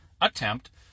attempt